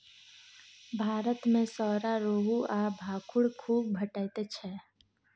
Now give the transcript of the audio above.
भारत मे सौरा, रोहू आ भाखुड़ खुब भेटैत छै